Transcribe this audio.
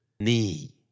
knee